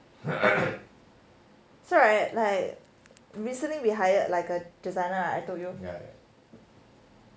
so right like recently we hired like a designer right I told you right